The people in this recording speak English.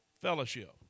fellowship